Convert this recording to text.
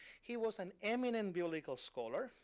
he was an eminent biblical scholar.